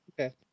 Okay